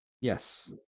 Yes